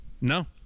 no